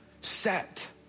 set